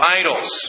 idols